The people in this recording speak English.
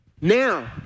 Now